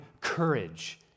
courage